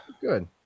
good